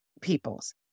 peoples